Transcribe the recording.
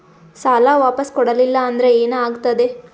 ಸಾಲ ವಾಪಸ್ ಕೊಡಲಿಲ್ಲ ಅಂದ್ರ ಏನ ಆಗ್ತದೆ?